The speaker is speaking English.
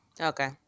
okay